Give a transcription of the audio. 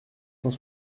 cent